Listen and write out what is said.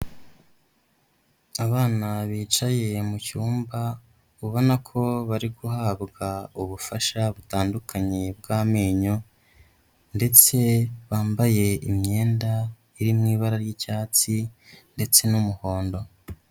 Abana bicaye mu cyumba, ubona ko bari guhabwa ubufasha butandukanye bw'amenyo ndetse bambaye imyenda iri mu ibara ry'icyatsi ndetse n'umuhondo.